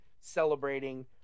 celebrating